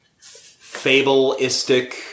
fableistic